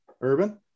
Urban